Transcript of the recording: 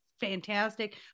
fantastic